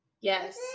Yes